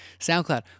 SoundCloud